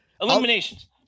Illuminations